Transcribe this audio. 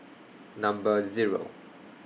Number Zero